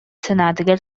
санаатыгар